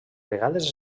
vegades